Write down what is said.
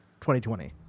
2020